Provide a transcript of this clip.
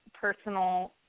personal